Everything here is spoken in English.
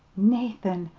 nathan,